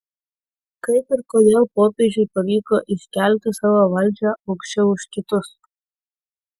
kaip ir kodėl popiežiui pavyko iškelti savo valdžią aukščiau už kitus